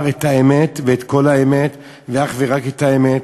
את האמת ואת כל האמת ואך ורק את האמת.